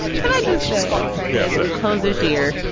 can i just say yes and close this year.